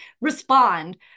respond